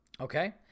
okay